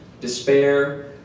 despair